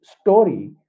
story